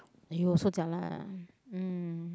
you also jialat ah mm